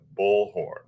bullhorn